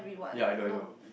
ya I know I know